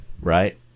right